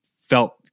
felt